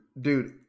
dude